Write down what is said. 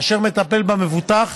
אשר מטפל במבוטח,